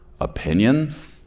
opinions